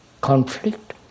Conflict